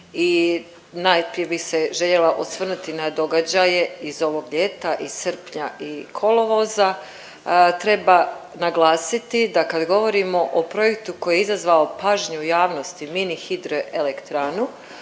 i najprije bi se željela osvrnuti na događaje iz ovog ljeta iz srpnja i kolovoza. Treba naglasiti da kad govorimo o projektu koji je izazvao pažnju u javnosti mini hidro elektranu